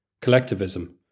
collectivism